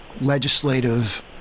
legislative